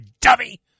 dummy